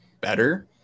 better